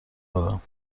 دارم